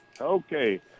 Okay